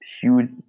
huge